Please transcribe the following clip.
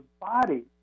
body